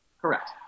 Correct